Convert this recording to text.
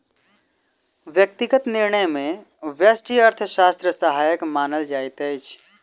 व्यक्तिगत निर्णय मे व्यष्टि अर्थशास्त्र सहायक मानल जाइत अछि